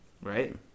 Right